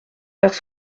vers